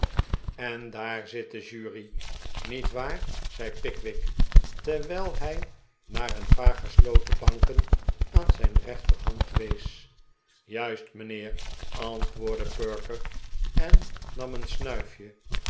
en daar zit de jury ni'et waar zei pickwick terwijl hij naar een paar gesloten bankenaan zijn rechterhand wees juist mijnheer antwoordde perker en nam een snuifje